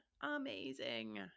amazing